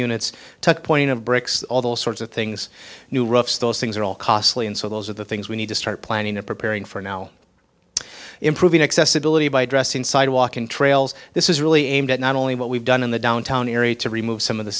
units took point of bricks all those sorts of things new roughs those things are all costly and so those are the things we need to start planning and preparing for now improving accessibility by addressing sidewalk and trails this is really aimed at not only what we've done in the downtown area to remove some of the